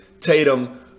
Tatum